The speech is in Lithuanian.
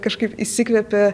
kažkaip įsikvėpė